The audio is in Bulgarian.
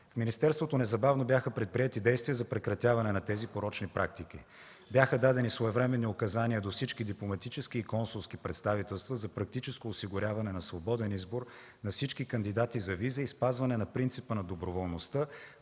В министерството незабавно бяха предприети действия за прекратяване на тези порочни практики. Бяха дадени своевременни указания до всички дипломатически и консулски представителства за практическо осигуряване на свободен избор на всички кандидати за виза и спазване на принципа на доброволността